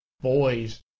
boys